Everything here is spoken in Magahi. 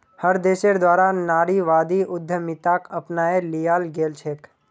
हर देशेर द्वारा नारीवादी उद्यमिताक अपनाए लियाल गेलछेक